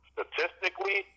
Statistically